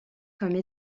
comme